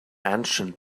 ancient